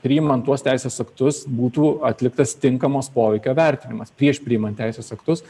priimant tuos teisės aktus būtų atliktas tinkamas poveikio vertinimas prieš priimant teisės aktus